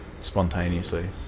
spontaneously